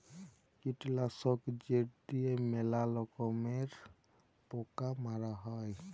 কীটলাসক যেট লিঁয়ে ম্যালা রকমের পকা মারা হ্যয়